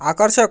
आकर्षक